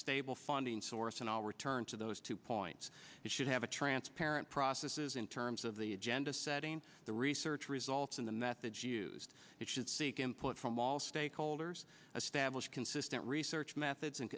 stable funding source and all return to those two points should have a transparent processes in terms of the agenda setting the research results and the methods used it should seek input from all stakeholders establish consistent research methods and